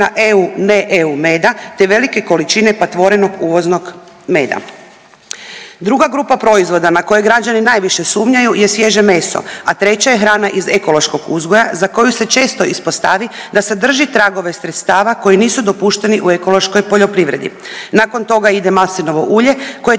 EU ne EU meda“, te velike količine patvorenog uvoznog meda. Druga grupa proizvoda na koje građani najviše sumnjaju je svježe meso, a treće je hrana iz ekološkog uzgoja za koju se često ispostavi da sadrži tragove sredstava koji nisu dopušteni u ekološkoj poljoprivredi. Nakon toga ide maslinovo ulje koje